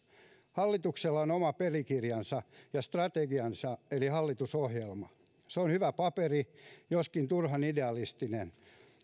hallituksella on oma pelikirjansa ja strategiansa eli hallitusohjelma se on hyvä paperi joskin turhan idealistinen